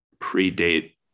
predate